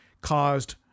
caused